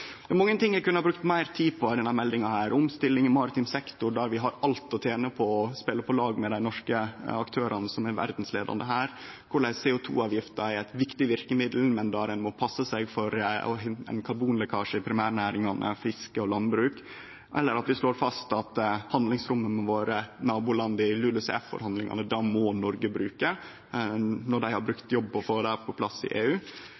Det er mange ting ein kunne brukt meir tid på i denne meldinga – omstilling i maritim sektor, der vi har alt å tene på å spele på lag med dei norske aktørane som her er verdsleiande, korleis CO 2 -avgifta er eit viktig verkemiddel, men der ein må passe seg for ein karbonlekkasje i primærnæringane, fiske og landbruk, eller at vi slår fast at Noreg må bruke handlingsrommet med våre naboland i LULUCF-forhandlingane når dei har jobba for å få dette på plass i EU.